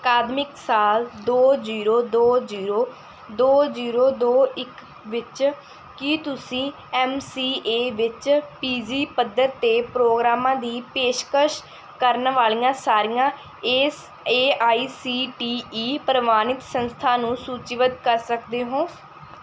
ਅਕਾਦਮਿਕ ਸਾਲ ਦੋ ਜੀਰੋ ਦੋ ਜੀਰੋ ਦੋ ਜੀਰੋ ਦੋ ਇੱਕ ਵਿੱਚ ਕੀ ਤੁਸੀਂ ਐਮਸੀਏ ਵਿੱਚ ਪੀਜ਼ੀ ਪੱਧਰ 'ਤੇ ਪ੍ਰੋਗਰਾਮਾਂ ਦੀ ਪੇਸ਼ਕਸ਼ ਕਰਨ ਵਾਲੀਆਂ ਸਾਰੀਆਂ ਏਸ A I C T E ਪ੍ਰਵਾਨਿਤ ਸੰਸਥਾਵਾਂ ਨੂੰ ਸੂਚੀਬੱਧ ਕਰ ਸਕਦੇ ਹੋ